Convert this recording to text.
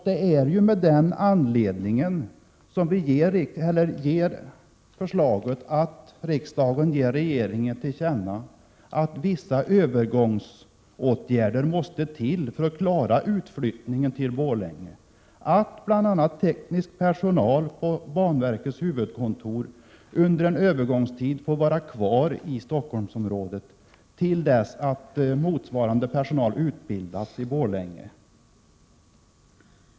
Det är av den anledningen som vi föreslår att riksdagen skall ge regeringen till känna att vissa övergångsåtgärder måste till för att utflyttningen till Borlänge skall klaras. Bl. a. måste teknisk personal vid banverkets huvudkontor under en övergångstid få vara kvar i Stockholmsområdet, till dess att motsvarande personal har utbildats i Borlänge.